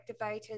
activators